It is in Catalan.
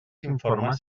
informes